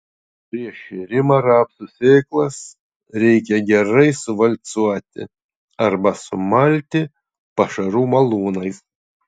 prieš šėrimą rapsų sėklas reikia gerai suvalcuoti arba sumalti pašarų malūnais